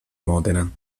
modena